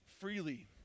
freely